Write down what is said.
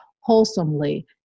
wholesomely